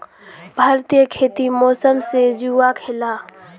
भारतीय खेती मौसम से जुआ खेलाह